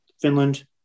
Finland